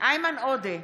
איימן עודה,